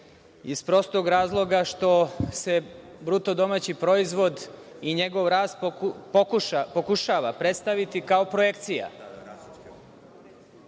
iz prostog razloga što se bruto domaći proizvod i njegov rast pokušava predstaviti kao projekcija.